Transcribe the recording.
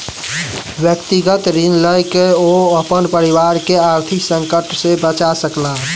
व्यक्तिगत ऋण लय के ओ अपन परिवार के आर्थिक संकट से बचा सकला